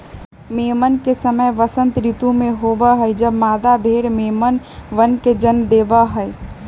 मेमन के समय वसंत ऋतु में होबा हई जब मादा भेड़ मेमनवन के जन्म देवा हई